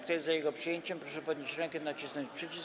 Kto jest za jego przyjęciem, proszę podnieść rękę i nacisnąć przycisk.